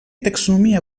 taxonomia